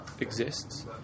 exists